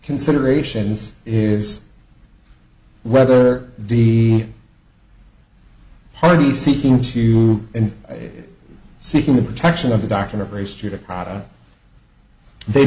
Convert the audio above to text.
considerations is whether the parties seeking to and seeking the protection of the document res